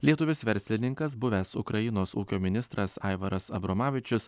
lietuvis verslininkas buvęs ukrainos ūkio ministras aivaras abromavičius